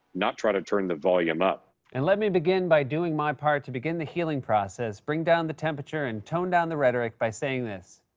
not try to turn the volume up. and let me begin by doing my part to begin the healing process, bring down the temperature, and tone down the rhetoric by saying this.